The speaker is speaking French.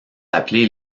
appelés